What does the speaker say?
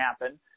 happen